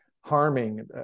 harming